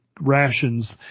rations